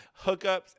hookups